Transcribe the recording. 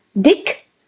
Dick